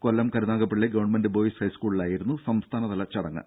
കൊല്ലം Karunagappally government boys ഹൈസ്കൂളിലായിരുന്നു സംസ്ഥാനതല ചടങ്ങ്